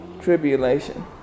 tribulation